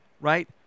right